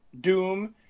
Doom